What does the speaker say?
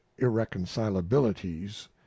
irreconcilabilities